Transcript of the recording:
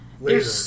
later